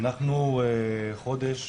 חודש